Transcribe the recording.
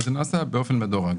זה נעשה באופן מדורג.